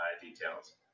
details